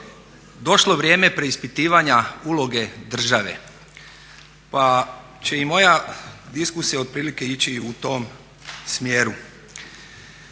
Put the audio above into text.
došlo vrijeme preispitivanja uloge države pa će i moja diskusija otprilike ići u tom smjeru.